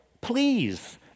Please